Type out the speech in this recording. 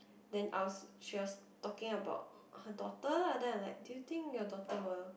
then I was she was talking about her daughter lah then I like do you think your daughter will